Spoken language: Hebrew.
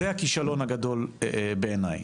זה הכישלון הגדול בעיני.